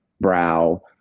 brow